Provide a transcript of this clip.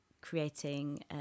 creating